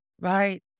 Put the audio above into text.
Right